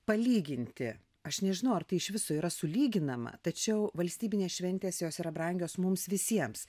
palyginti aš nežinau ar tai iš viso yra sulyginama tačiau valstybinės šventės jos yra brangios mums visiems